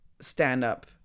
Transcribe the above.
stand-up